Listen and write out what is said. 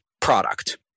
product